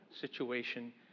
situation